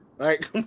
Right